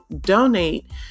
donate